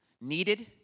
needed